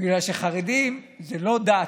בגלל שחרדים הם לא דת,